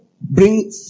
bring